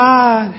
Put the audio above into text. God